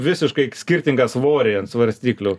visiškai skirtingą svorį ant svarstyklių